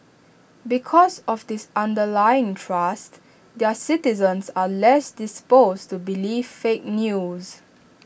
because of this underlying trust their citizens are less disposed to believe fake news